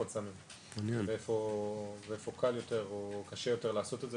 סמים באיפה קל יותר או קשה יותר לעשות את זה,